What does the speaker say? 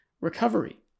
recovery